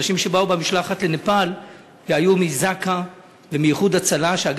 אנשים מזק"א ומ"איחוד הצלה" שבאו במשלחת לנפאל,